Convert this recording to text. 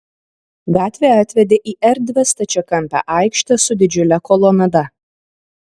gatvė atvedė į erdvią stačiakampę aikštę su didžiule kolonada